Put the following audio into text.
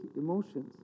emotions